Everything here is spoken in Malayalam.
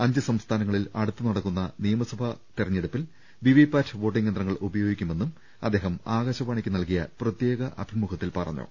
അഞ്ച് സംസ്ഥാനങ്ങളിൽ അടുത്ത് നടക്കുന്ന നിയമസഭാതെരഞ്ഞെടുപ്പിൽ വിവിപാറ്റ് വോട്ടിംഗ് യന്ത്രങ്ങൾ ഉപയോഗിക്കുമെന്നും അദ്ദേഹം ആകാശവാണിക്കു നല്കിയ പ്രത്യേക അഭിമുഖത്തിൽ പറഞ്ഞു